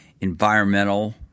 environmental